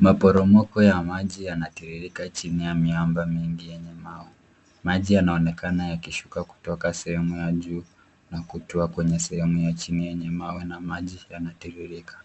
Maporomoko ya maji yanatiririka chini ya miamba mingi yenye mawe. Maji yanaonekana yakishuka kutoka sehemu ya juu na kutua kwenye sehemu ya chini yenye maji yanatiririka.